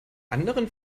anderen